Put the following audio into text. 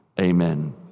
Amen